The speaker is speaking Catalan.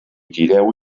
tireu